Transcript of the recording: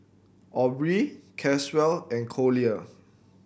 Aubree Caswell and Collier